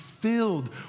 Filled